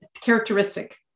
characteristic